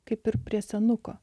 kaip ir prie senuko